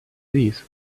these